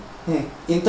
mm